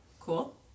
Cool